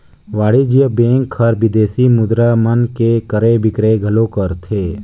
वाणिज्य बेंक हर विदेसी मुद्रा मन के क्रय बिक्रय घलो करथे